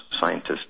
scientists